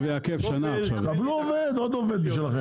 ניתן לכם עוד עובד.